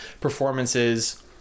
performances